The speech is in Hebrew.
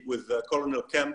בוועדת דרבן,